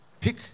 Pick